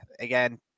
again